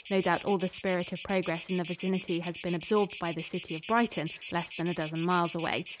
no doubt all the spirit of progress in the vicinity has been absorbed by the city of brighton, less than a dozen miles away.